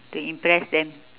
to impress them